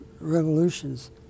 revolutions